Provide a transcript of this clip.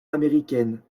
américaine